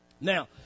Now